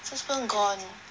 Soup Spoon got